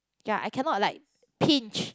ya I cannot like pinch